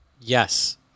Yes